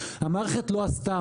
המערכת לא עשתה,